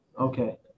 Okay